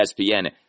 ESPN